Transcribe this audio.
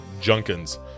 Junkins